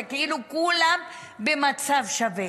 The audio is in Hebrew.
זה כאילו כולם במצב שווה.